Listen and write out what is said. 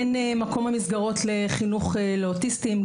אין מקום במסגרות לחינוך לאוטיסטים.